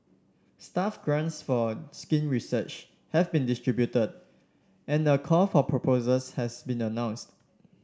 staff grants for skin research have been distributed and a call for proposals has been announced